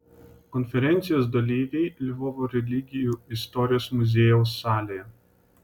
konferencijos dalyviai lvovo religijų istorijos muziejaus salėje